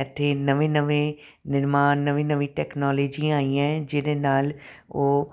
ਇੱਥੇ ਨਵੇਂ ਨਵੇਂ ਨਿਰਮਾਣ ਨਵੀਂ ਨਵੀਂ ਟੈਕਨੋਲੋਜੀ ਆਈਆਂ ਹੈ ਜਿਹਦੇ ਨਾਲ ਉਹ